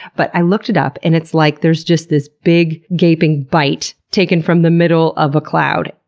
but i looked it up, and it's like there's just this big gaping bite taken from the middle of a cloud.